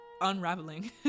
unraveling